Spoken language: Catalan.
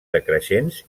decreixents